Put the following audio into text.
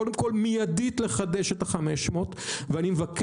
קודם כל מידית לחדש את אותם 500. ואני מבקש